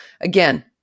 again